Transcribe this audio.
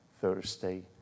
Thursday